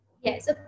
yes